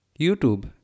YouTube